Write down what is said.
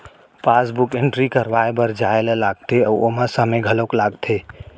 passbook entry करवाए बर जाए ल लागथे अउ ओमा समे घलौक लागथे